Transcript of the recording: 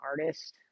artist